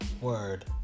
Word